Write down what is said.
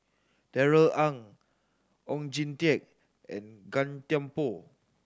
Darrell Ang Oon Jin Teik and Gan Thiam Poh